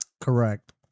Correct